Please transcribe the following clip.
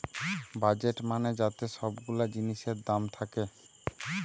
budget মানে যাতে সব গুলা জিনিসের দাম থাকে